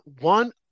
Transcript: one